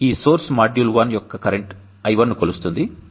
ఈ source module 1 యొక్క current I1 ను కొలుస్తుంది2